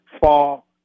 Fall